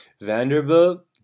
Vanderbilt